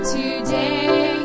today